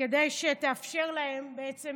כדי שיתאפשר להם בעצם